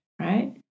right